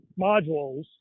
modules